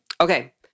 Okay